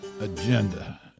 agenda